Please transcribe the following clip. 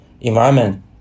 environment